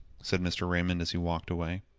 said mr. raymond as he walked away.